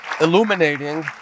illuminating